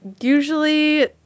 Usually